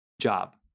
job